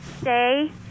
stay